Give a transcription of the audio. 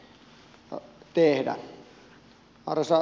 arvoisa puhemies